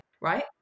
right